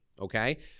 Okay